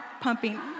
pumping